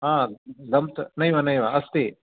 हा गम् नैव नैव अस्ति